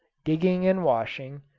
digging and washing,